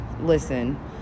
listen